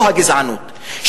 פה הגזענות,